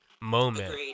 moment